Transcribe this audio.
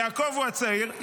יעקב הוא הצעיר,